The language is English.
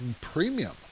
premium